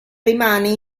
rimane